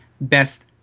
best